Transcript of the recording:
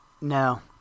no